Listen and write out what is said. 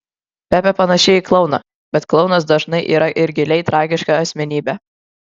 pepė panaši į klouną bet klounas dažnai yra ir giliai tragiška asmenybė